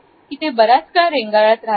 की बराच काळ रेंगाळत राहते